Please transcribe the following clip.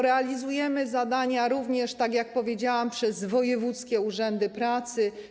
Realizujemy zadania również, tak jak powiedziałam, przez wojewódzkie urzędy pracy.